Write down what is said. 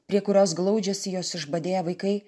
prie kurios glaudžiasi jos išbadėję vaikai